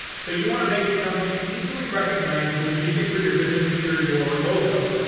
so you wanna make it something easily recognizable, usually for your business, either your logo.